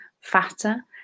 fatter